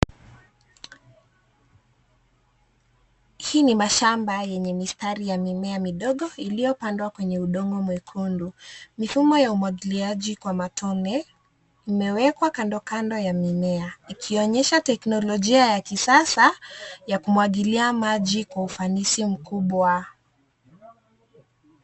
Hii ni mashamba yenye mistari ya mimea midogo iliyopandwa kwenye udongo mwekundu. Mifumo ya umwagiliaji kwa matone imewekwa kando kando ya mimea, ikionyesha teknolojia ya kisasa ya kumwagilia maji kwa ufanisi mkubwa.